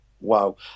wow